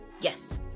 Yes